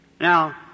Now